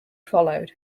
followed